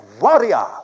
warrior